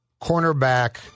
cornerback